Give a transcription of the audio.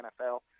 NFL